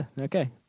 okay